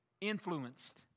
influenced